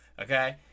okay